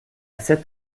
sept